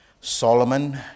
Solomon